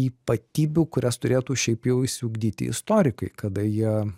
ypatybių kurias turėtų šiaip jau išsiugdyti istorikai kada jie